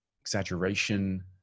exaggeration